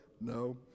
No